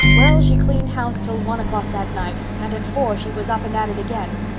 well, she cleaned house till one o'clock that night and at four she was up and at it again.